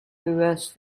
reversed